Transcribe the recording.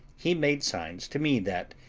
he made signs to me that,